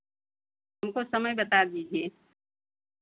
हमको समय बता दीजिए